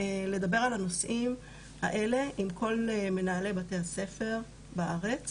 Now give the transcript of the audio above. לדבר על הנושאים האלה עם כל מנהלי בתי הספר בארץ.